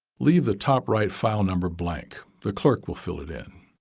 leave the top right file number blank. the clerk will fill it in.